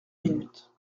minutes